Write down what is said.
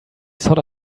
sort